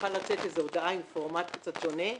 צריכה לצאת הודעה עם פורמט קצת שונה,